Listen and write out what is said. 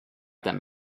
them